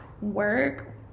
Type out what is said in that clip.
work